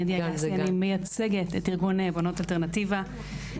אני מייצגת את ארגון בונות אלטרנטיבה.